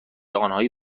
آنهایی